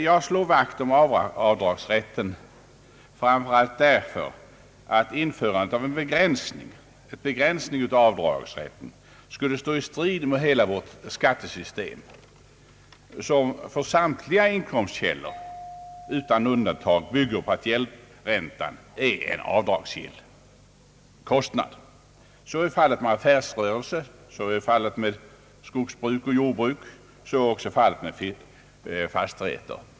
Jag slår vakt om avdragsrätten framför allt därför att en begränsning av den skulle stå i strid mot hela vårt skattesystem, som för samtliga inkomstkällor utan undantag bygger på att gäldräntan är avdragsgill. Så är fallet med inkomstkällorna affärsrörelse, skogsbruk och jordbruk och hyresfastighet.